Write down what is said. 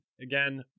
again